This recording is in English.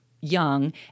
young